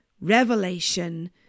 revelation